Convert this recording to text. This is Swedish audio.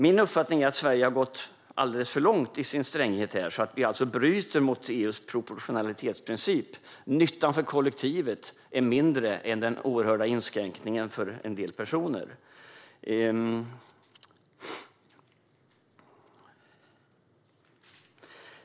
Min uppfattning är att Sverige har gått alldeles för långt i sin stränghet så att Sverige alltså bryter mot EU:s proportionalitetsprincip. Nyttan för kollektivet är mindre än den oerhörda inskränkningen för en del personer.